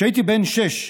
כשהייתי בן שש,